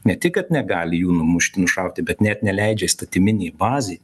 ne tik kad negali jų numušt nušauti bet net neleidžia įstatyminė bazė